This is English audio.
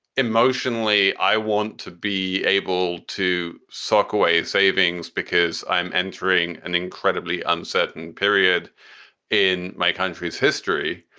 emotionally, i want to be able to sock away savings because i'm entering an incredibly uncertain period in my country's history.